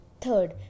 Third